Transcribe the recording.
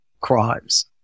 crimes